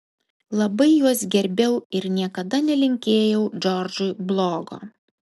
labai juos gerbiau ir niekada nelinkėjau džordžui blogo